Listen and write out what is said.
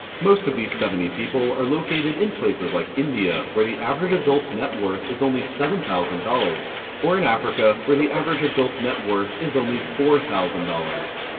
most of these seventy people are located in places like india, where the average adult net worth is only seven thousand dollars, or in africa, where the average adult net worth is only four thousand dollars.